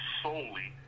solely